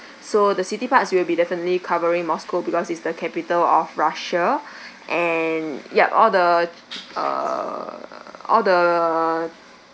so the city parts will be definitely covering moscow because it's the capital of russia and yup all the uh all the